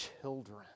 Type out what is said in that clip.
children